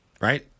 right